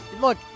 look